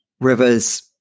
rivers